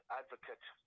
advocate